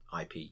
IP